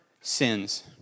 sins